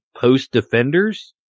post-Defender's